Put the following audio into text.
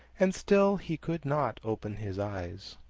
and still he could not open his eyes.